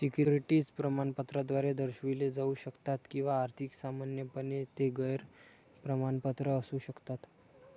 securities प्रमाणपत्राद्वारे दर्शविले जाऊ शकतात किंवा अधिक सामान्यपणे, ते गैर प्रमाणपत्र असू शकतात